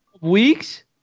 weeks